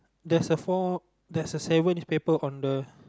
there's a four there's a seven newspaper on the